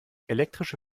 elektrische